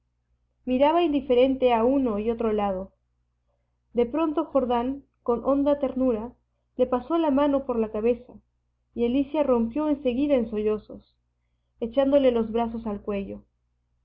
miraba indiferente a uno y otro lado de pronto jordán con honda ternura le pasó la mano por la cabeza y alicia rompió en seguida en sollozos echándole los brazos al cuello